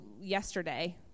yesterday